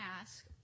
ask